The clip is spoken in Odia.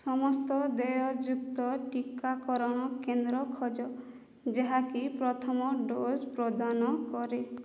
ସମସ୍ତ ଦେୟଯୁକ୍ତ ଟିକାକରଣ କେନ୍ଦ୍ର ଖୋଜ ଯାହାକି ପ୍ରଥମ ଡୋଜ୍ ପ୍ରଦାନ କରେ